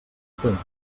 temps